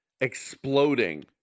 exploding